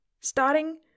starting